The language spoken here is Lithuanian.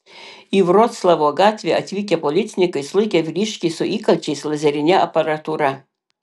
į vroclavo gatvę atvykę policininkai sulaikė vyriškį su įkalčiais lazerine aparatūra